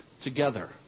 together